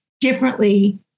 differently